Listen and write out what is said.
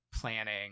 planning